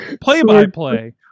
Play-by-play